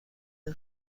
این